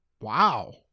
Wow